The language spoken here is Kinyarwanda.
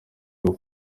bwo